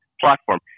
platform